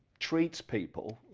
treats people,